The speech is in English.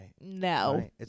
No